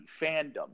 fandom